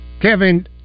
Kevin